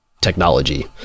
technology